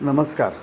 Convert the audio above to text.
नमस्कार